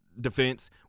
Defense